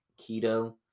keto